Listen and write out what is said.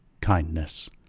Kindness